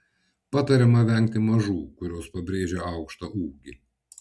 patariama vengti mažų kurios pabrėžia aukštą ūgį